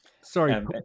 Sorry